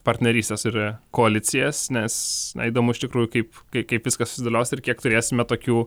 partnerystės ir koalicijas nes įdomu iš tikrųjų kaip kai kaip viskas susidėlios ir kiek turėsime tokių